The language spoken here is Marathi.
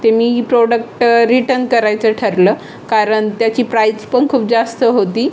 ते मी प्रोडक्ट रिटन करायचं ठरलं कारण त्याची प्राईज पण खूप जास्त होती